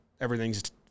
everything's